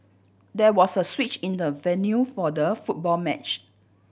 there was a switch in the venue for the football match